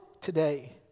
today